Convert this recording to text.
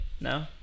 No